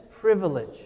privilege